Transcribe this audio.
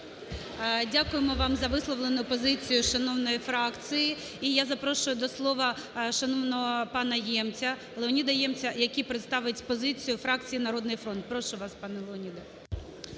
Дякуємо вам за висловлену позицію шановної фракції. І я запрошую до слова шановного пана Ємця, Леоніда Ємця, який представить позицію фракції "Народний фронт". Прошу вас, пане Леоніде.